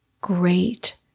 great